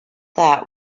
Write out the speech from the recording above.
that